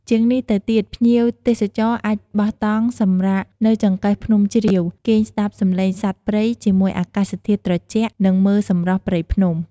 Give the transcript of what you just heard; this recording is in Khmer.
ជាងនេះទៅទៀត ភ្ញៀវទេសចរអាចបោះតង់សម្រាកនៅចង្កេះភ្នំជ្រាវ គេងស្ដាប់សំឡេងសត្វព្រៃជាមួយអាកាសធាតុត្រជាក់ និងមើលសម្រស់ព្រៃភ្នំ។